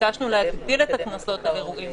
ביקשנו להגדיל את הקנסות על אירועים.